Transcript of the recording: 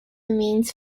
means